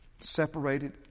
separated